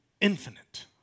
Infinite